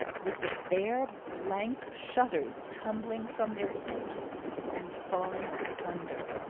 with the bare blank shutters tumbling from their hinges and falling asunder,